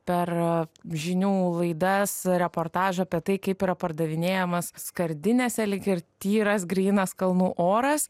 per žinių laidas reportažą apie tai kaip yra pardavinėjamas skardinėse lyg ir tyras grynas kalnų oras